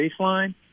baseline